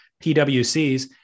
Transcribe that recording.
PWCs